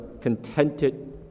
contented